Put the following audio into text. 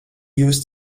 jūs